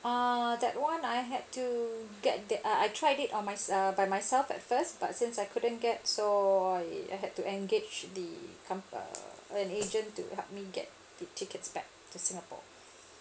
ah that one I had to get that uh I tried it on my~ by myself at first but since I couldn't get so I had to engage the comp~ an agent to help me get the tickets back to singapore